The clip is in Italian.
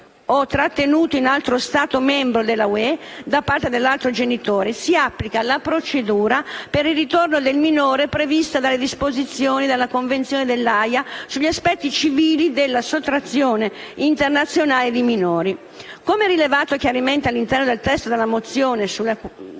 o trattenuto in altro Stato membro dell'UE da parte dell'altro genitore, si applica la procedura per il ritorno del minore prevista dalle disposizioni della Convenzione dell'Aja sugli aspetti civili della sottrazione internazionale di minori. Come rilevato chiaramente all'interno del testo della mozione, a prima